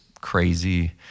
crazy